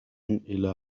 إلى